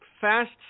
fast